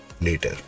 later